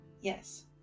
Yes